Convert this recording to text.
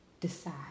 decide